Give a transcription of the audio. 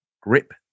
grip